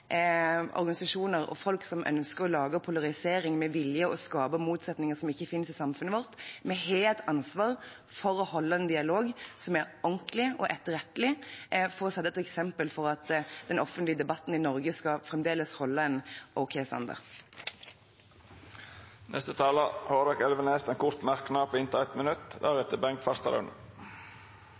organisasjoner og folk som ønsker å lage polarisering med vilje, og skape motsetninger som ikke finnes i samfunnet vårt. Vi har et ansvar for å holde en dialog som er ordentlig og etterrettelig, for å sette et eksempel for at den offentlige debatten i Norge fortsatt skal fremdeles holde en ok standard. Representanten Hårek Elvenes har hatt ordet to gonger tidlegare og får ordet til ein kort merknad, avgrensa til 1 minutt.